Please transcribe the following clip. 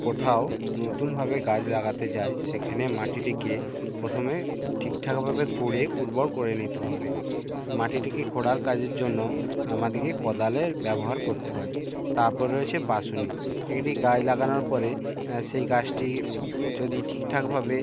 কোথাও নতুনভাবে গাছ লাগাতে যাই সেখানে মাটিটিকে প্রথমে ঠিকঠাকভাবে খুঁড়ে উর্বর করে নিতে হবে মাটিটিকে খোঁড়ার কাজের জন্য আমাদিগে কোদালের ব্যবহার করতে হয় তারপর রয়েছে পাসুনি একটি গাছ লাগানোর পরে সেই গাছটি যদি ঠিকঠাকভাবে